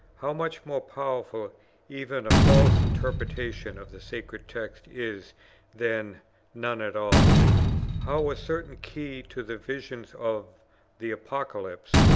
how much more powerful even a false interpretation of the sacred text is than none at all how a certain key to the visions of the apocalypse,